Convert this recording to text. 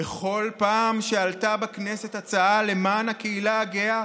בכל פעם שעלתה בכנסת הצעה למען הקהילה הגאה,